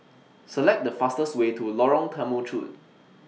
Select The fastest Way to Lorong Temechut